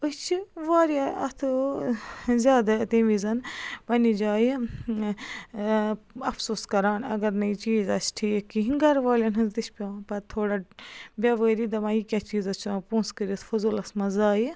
أسۍ چھِ واریاہ اَتھٕ زیادَے تمہِ وِزٮ۪ن پنٛنہِ جایہِ اَفسوٗس کَران اَگر نَے یہِ چیٖز آسہِ ٹھیٖک کِہیٖنۍ گَرٕ والٮ۪ن ہٕنٛز تہٕ چھِ پیٚوان پَتہٕ تھوڑا بیٚوٲری دَپان یہِ کیٛاہ چیٖزہ چھُ پونٛسہٕ کٔرِتھ فضوٗلَس منٛز زایعہٕ